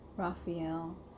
Raphael